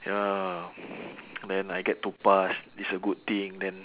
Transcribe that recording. ya then I get to pass is a good thing then